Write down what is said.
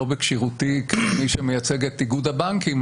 לא בכשירותי כמי שמייצג את איגוד הבנקים,